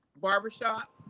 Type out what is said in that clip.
Barbershop